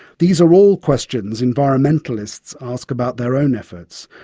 these are all questions environmentalists ask about their own efforts.